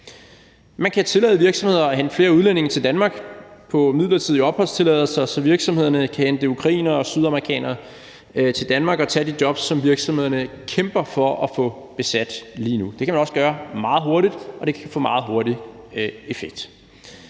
Man kan tillade virksomheder at hente flere udlændinge til Danmark på midlertidige opholdstilladelser, så virksomhederne kan hente ukrainere og sydamerikanere til Danmark for at tage de jobs, som virksomhederne kæmper for at få besat lige nu. Det kan man også gøre meget hurtigt, og det kan få meget hurtig effekt.